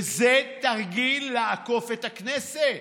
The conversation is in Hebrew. וזה תרגיל לעקוף את הכנסת.